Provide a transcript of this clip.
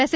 S